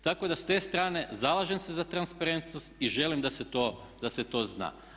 Tako da s te strane zalažem se za transparentnost i želim da se to zna.